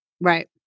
Right